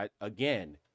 again